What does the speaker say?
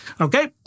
Okay